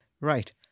Right